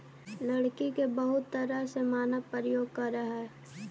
लकड़ी के बहुत तरह से मानव प्रयोग करऽ हइ